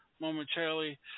momentarily